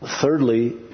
Thirdly